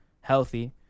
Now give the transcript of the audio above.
healthy